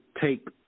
take